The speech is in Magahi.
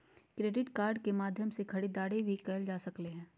क्रेडिट कार्ड के माध्यम से खरीदारी भी कायल जा सकले हें